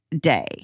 day